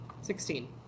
Sixteen